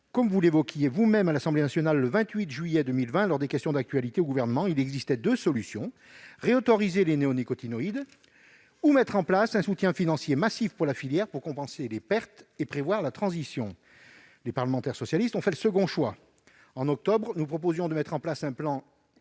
Comme vous l'évoquiez vous-même à l'Assemblée nationale, monsieur le ministre, le 28 juillet 2020, lors des questions d'actualité au Gouvernement, il existait deux solutions : réautoriser les néonicotinoïdes ou mettre en place un soutien financier massif pour la filière afin de compenser les pertes et prévoir la transition. Les parlementaires socialistes plaidaient pour le second choix. Au mois d'octobre dernier, ils ont proposé de mettre en place un plan spécifique